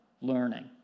learning